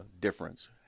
difference